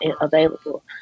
available